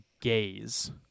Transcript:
Gaze